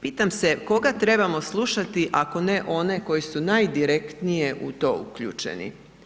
Pitam se koga trebamo slušati ako ne one koji su najdirektnije u to uključeni.